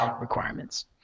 requirements